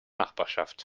nachbarschaft